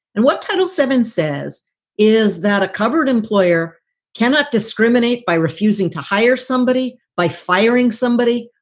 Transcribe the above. and what title seven says is that a covered employer cannot discriminate by refusing to hire somebody, by firing somebody,